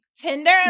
Tinder